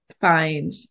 find